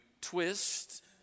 twist